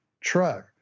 truck